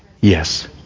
Yes